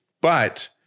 But-